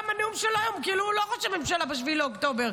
גם הנאום שלו היום כאילו הוא לא ראש הממשלה ב-7 באוקטובר.